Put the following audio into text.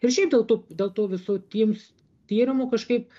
ir šiaip dėl tų dėl tų visų tims tyrimų kažkaip